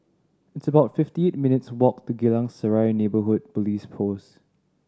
it's about fifty eight minutes' walk to Geylang Serai Neighbourhood Police Post